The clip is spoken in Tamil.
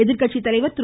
எதிர்க்கட்சி தலைவர் திரு